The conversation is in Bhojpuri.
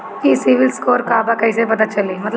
ई सिविल स्कोर का बा कइसे पता चली?